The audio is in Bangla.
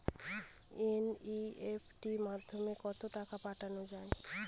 এন.ই.এফ.টি মাধ্যমে কত টাকা পাঠানো যায়?